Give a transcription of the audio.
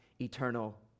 eternal